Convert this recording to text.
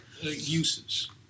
uses